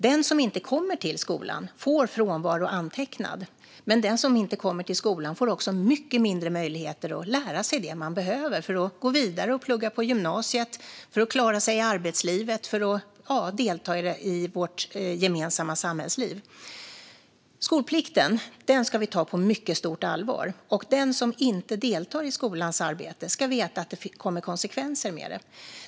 Den som inte kommer till skolan får frånvaro antecknad, men den som inte kommer till skolan får också mycket mindre möjligheter att lära sig det man behöver för att gå vidare och plugga på gymnasiet, för att klara sig i arbetslivet och för att delta i vårt gemensamma samhällsliv. Skolplikten ska vi ta på mycket stort allvar, och den som inte deltar i skolans arbete ska veta att detta får konsekvenser. Fru talman!